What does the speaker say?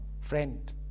friend